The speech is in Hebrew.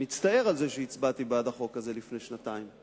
מצטער על זה שהצבעתי בעד החוק הזה לפני שנתיים,